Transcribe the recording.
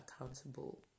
accountable